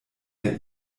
der